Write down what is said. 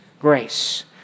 grace